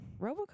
RoboCop